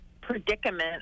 predicament